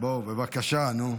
בוא, בבקשה, נו.